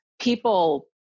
people